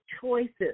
choices